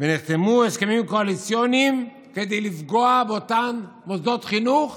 ונחתמו הסכמים קואליציוניים כדי לפגוע באותם מוסדות חינוך,